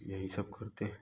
यही सब करते हैं